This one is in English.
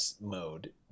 mode